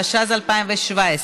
התשע"ז 2017,